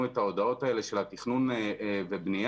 את ההודעות האלה של התכנון והבנייה.